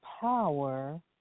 power